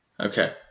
Okay